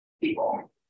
people